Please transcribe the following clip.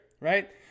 right